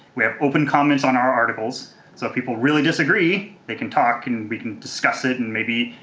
we have open comments on our articles so if people really disagree, they can talk and we can discuss it and maybe,